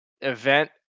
event